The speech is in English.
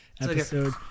Episode